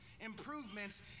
improvements